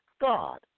God